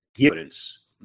evidence